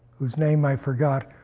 whose name i forgot,